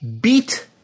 Beat